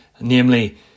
Namely